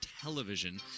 television